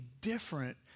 different